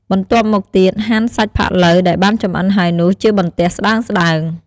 បន្ទាប់មកទៀត ហាន់ សាច់ផាក់ឡូវ ដែលបានចម្អិនហើយនោះ ជាបន្ទះស្តើងៗ។